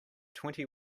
twenty